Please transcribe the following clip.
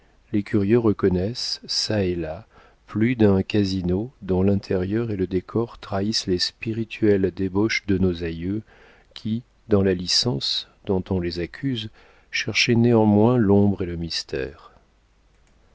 les curieux reconnaissent çà et là plus d'un casino dont l'intérieur et le décor trahissent les spirituelles débauches de nos aïeux qui dans la licence dont on les accuse cherchaient néanmoins l'ombre et le mystère